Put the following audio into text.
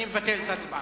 אני מבטל את ההצבעה.